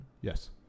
yes